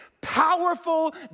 powerful